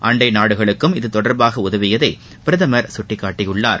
அண்டை நாடுகளுக்கும் இதுதொடர்பாக உதவியதை பிரதமர் சுட்டிக்காட்டினார்